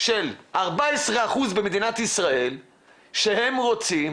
של 14% במדינת ישראל שהם רוצים